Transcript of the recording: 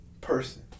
person